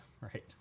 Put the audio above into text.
right